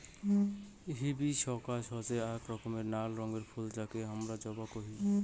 hibiscus হসে আক রকমের নাল রঙের ফুল যাকে হামরা জবা কোহি